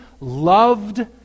loved